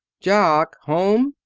jock! home?